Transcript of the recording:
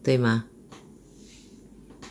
对吗